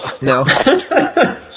No